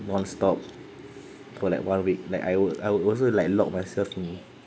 non stop for like one week like I would I would also like lock myself in